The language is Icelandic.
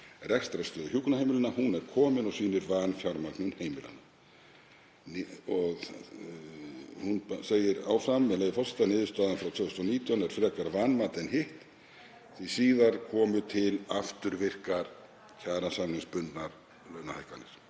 rekstrarstöðu hjúkrunarheimilanna. Hún er komin og sýnir vanfjármögnun heimilanna.“ Hún segir áfram, með leyfi forseta: „Niðurstaðan frá 2019 er frekar vanmat en hitt því síðar komu til afturvirkar kjarasamningsbundnar launahækkanir.